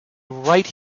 right